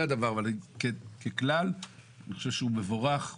הדבר אבל ככלל אני חושב שהוא מבורך,